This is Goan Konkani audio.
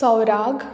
सौराक